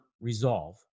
resolve